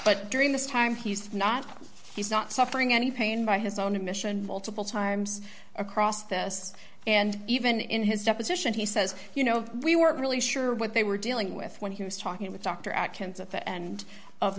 but during this time he's not he's not suffering any pain by his own admission multiple times across this and even in his deposition he says you know we weren't really sure what they were dealing with when he was talking with dr atkins at the end of